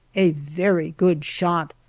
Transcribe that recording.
a very good shot!